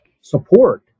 support